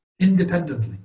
independently